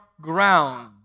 ground